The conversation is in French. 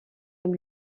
aime